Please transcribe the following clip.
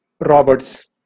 Roberts